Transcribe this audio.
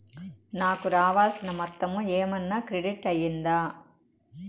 నాకు రావాల్సిన మొత్తము ఏమన్నా క్రెడిట్ అయ్యిందా